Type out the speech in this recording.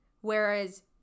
Whereas